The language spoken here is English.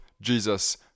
Jesus